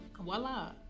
voila